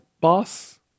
boss